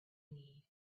need